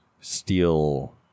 Steel